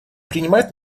принимают